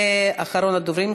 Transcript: ואחרון הדוברים,